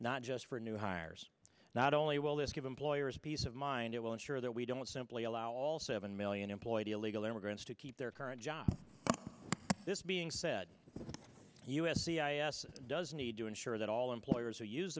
not just for new hires not only will this give employers peace of mind it will ensure that we don't simply allow all seven million employed illegal immigrants to keep their current job this being said the u s c i s does need to ensure that all employers who use